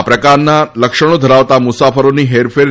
આ પ્રકારનાં લક્ષણો ધરાવતા મુસાફરોની હેરફેર